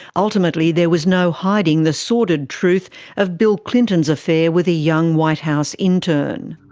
ultimately there was no hiding the sordid truth of bill clinton's affair with a young white house intern.